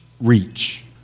Reach